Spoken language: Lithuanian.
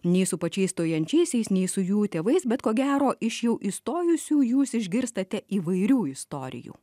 nei su pačiais stojančiaisiais nei su jų tėvais bet ko gero iš jau įstojusių jūs išgirstate įvairių istorijų